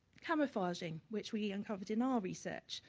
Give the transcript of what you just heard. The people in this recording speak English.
camouflaging which we uncovered in our research,